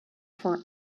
for